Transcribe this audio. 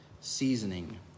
seasoning